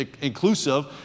inclusive